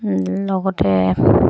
লগতে